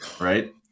right